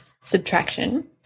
subtraction